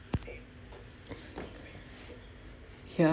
ya